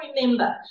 remember